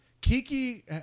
Kiki